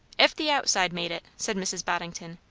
if the outside made it, said mrs. boddington.